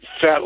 fat